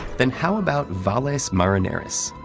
then how about valles marineris,